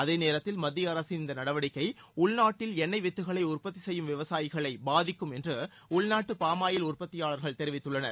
அதேநேரத்தில் மத்திய அரசின் இந்த நடவடிக்கை உள்நாட்டில் எண்ணெய் வித்துக்களை உற்பத்தி செய்யும் விவசாயிகளை பாதிக்கும் என்று உள்நாட்டு பாமாயில் உற்பத்தியாளர்கள் தெரிவித்துள்ளனர்